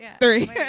three